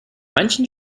manchen